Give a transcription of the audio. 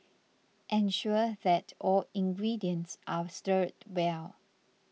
ensure that all ingredients are stirred well